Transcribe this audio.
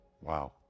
Wow